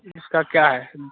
इसका क्या है